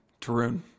Tarun